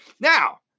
Now